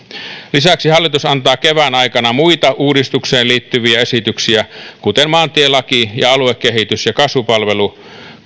lisäksi hallitus antaa kevään aikana muita uudistukseen liittyviä esityksiä kuten maantielain ja aluekehitystä ja kasvupalveluja